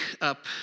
up